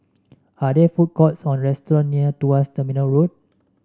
are there food courts or restaurants near Tuas Terminal Road